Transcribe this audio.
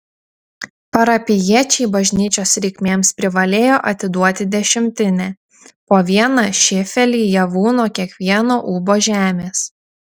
parapijiečiai bažnyčios reikmėms privalėjo atiduoti dešimtinę po vieną šėfelį javų nuo kiekvieno ūbo žemės